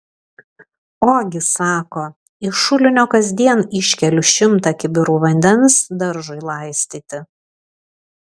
ogi sako iš šulinio kasdien iškeliu šimtą kibirų vandens daržui laistyti